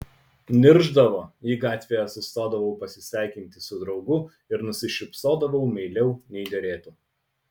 niršdavo jei gatvėje sustodavau pasisveikinti su draugu ir nusišypsodavau meiliau nei derėtų